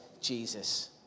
Jesus